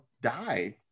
died